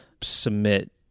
submit